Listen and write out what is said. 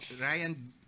Ryan